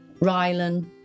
Rylan